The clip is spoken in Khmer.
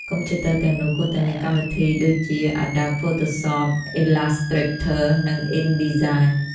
កុំព្យូទ័រទាំងនោះគួរតែមានកម្មវិធីដូចជា Adobe Photoshop, Illustrator និង InDesign។